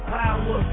power